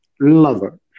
lover